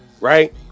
right